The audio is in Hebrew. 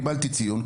קיבלתי ציון,